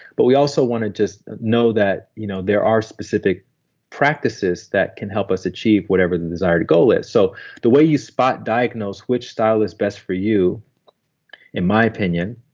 but we also want to just know that you know there are specific practices that can help us achieve whatever the desired goal is. so the way you spot diagnose which style is best for you in my opinion,